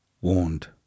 warned